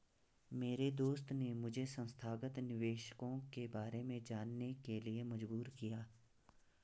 मेरे दोस्त ने मुझे संस्थागत निवेशकों के बारे में जानने के लिए मजबूर किया